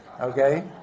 okay